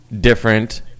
different